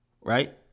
Right